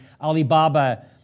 Alibaba